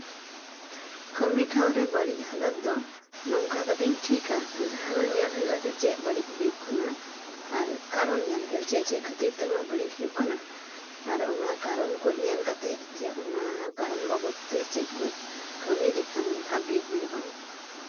ᱠᱟᱹᱢᱤ ᱴᱷᱟᱶ ᱨᱮ ᱵᱟᱹᱲᱤᱡ ᱦᱟᱞᱚᱛ ᱫᱚ ᱱᱚᱝᱠᱟ ᱠᱟᱛᱮᱜ ᱤᱧ ᱴᱷᱤᱠᱼᱟ ᱡᱟᱸᱦᱟ ᱫᱚ ᱧᱮᱞ ᱦᱩᱭᱩᱜᱼᱟ ᱡᱮ ᱪᱮᱫ ᱵᱟᱹᱲᱤᱡ ᱦᱩᱭᱩᱜ ᱠᱟᱱᱟ ᱠᱟᱨᱚᱱ ᱧᱮᱞ ᱦᱩᱭᱩᱜᱼᱟ ᱪᱮᱫ ᱪᱮᱫ ᱠᱷᱟᱹᱛᱤᱨ ᱛᱮ ᱵᱟᱹᱲᱤᱡ ᱦᱩᱭᱩᱜ ᱠᱟᱱᱟ ᱟᱨ ᱚᱱᱟ ᱠᱟᱨᱚᱱ ᱠᱚ ᱧᱮᱞ ᱠᱟᱛᱮᱜ ᱡᱮ ᱚᱱᱟ ᱵᱟᱵᱚᱞᱫ ᱛᱮ ᱪᱮᱫ ᱠᱚ ᱠᱟᱹᱢᱤ ᱞᱮᱠᱷᱟᱱ ᱵᱷᱟᱹᱜᱤ ᱦᱩᱭᱩᱜᱼᱟ